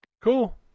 Cool